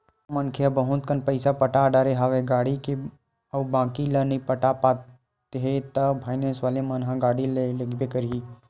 कोनो मनखे ह बहुत कन पइसा पटा डरे हवे गाड़ी के अउ बाकी ल नइ पटा पाते हे ता फायनेंस वाले मन ह गाड़ी ल लेगबे करही